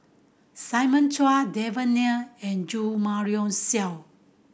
Simon Chua Devan Nair and Jo Marion Seow